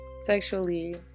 sexually